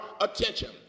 attention